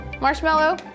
Marshmallow